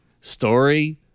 story